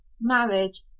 marriage